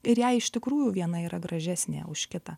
ir jai iš tikrųjų viena yra gražesnė už kitą